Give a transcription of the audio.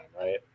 right